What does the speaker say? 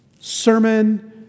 Sermon